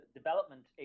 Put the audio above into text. development